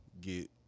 get